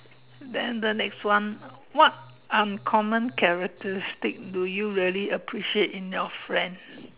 then the next one what uncommon characteristic do you really appreciate in your friend